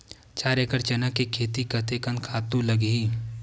चार एकड़ चना के खेती कतेकन खातु लगही?